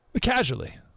casually